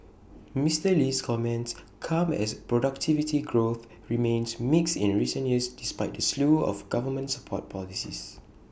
Mister Lee's comments come as productivity growth remains mixed in recent years despite the slew of government support policies